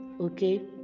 Okay